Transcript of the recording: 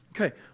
Okay